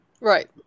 Right